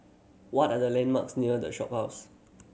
what are the landmarks near The Shophouse